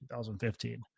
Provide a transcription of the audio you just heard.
2015